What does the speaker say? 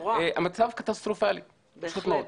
המצב קטסטרופאלי, פשוט מאוד.